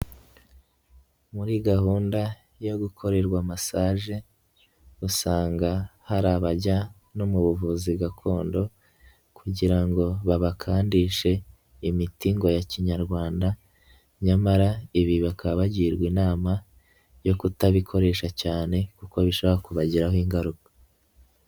Muri gahunda yo gukorerwa masaje usanga hari abajya no mu buvuzi gakondo kugira ngo babakandishe imiti ngo ya kinyarwanda nyamara ibi bakaba bagirwa inama yo kutabikoresha cyane kuko bishobora kubagiraho ingaruka.